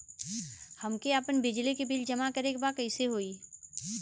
हमके आपन बिजली के बिल जमा करे के बा कैसे होई?